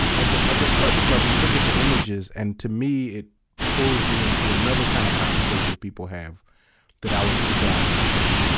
at the ah the surface level, you look at the images, and to me, it pulls me into another kind of conversation people have that i would describe as